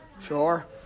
Sure